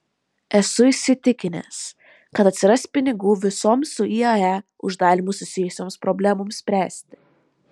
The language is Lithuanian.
esu įsitikinęs kad atsiras pinigų visoms su iae uždarymu susijusioms problemoms spręsti